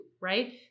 right